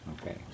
Okay